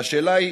והשאלה היא,